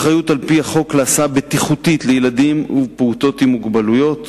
אחריות על-פי החוק להסעה בטיחותית לילדים ולפעוטות עם מוגבלויות,